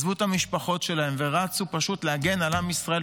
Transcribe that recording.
עזבו את המשפחות שלהם ורצו פשוט להגן על עם ישראל,